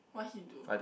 what he do